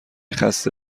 خسته